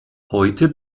heute